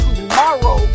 tomorrow